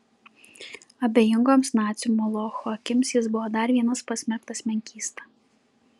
abejingoms nacių molocho akims jis buvo dar vienas pasmerktas menkysta